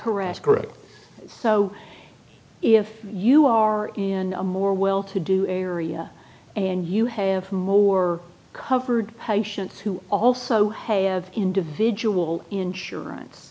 correct correct so if you are in a more well to do area and you have who are covered patients who also hey of individual insurance